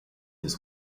his